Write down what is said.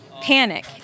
panic